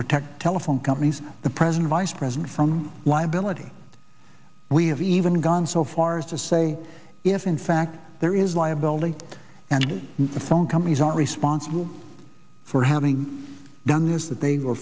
protect telephone companies the present vice president from liability we have even gone so far as to say if in fact there is liability and the phone companies are responsible for having done this that they